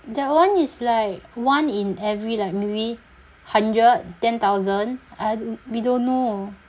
that one is like one in every like maybe hundred ten thousand I we don't know